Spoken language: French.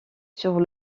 sur